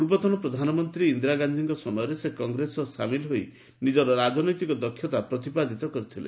ପୂର୍ବତନ ପ୍ରଧାନମନ୍ତ୍ରୀ ଇନ୍ଦିରା ଗାନ୍ଧୀଙ୍କ ସମୟରେ ସେ କଂଗ୍ରେସ ଦଳ ସହ ସାମିଲ ହୋଇ ନିଜର ରାଜନୈତିକ ଦକ୍ଷତା ପ୍ରତିପାଦିତ କରିଥିଲେ